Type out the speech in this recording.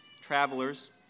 travelers